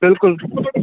بِلکُل